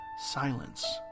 silence